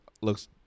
looks